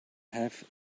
have